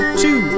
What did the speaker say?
two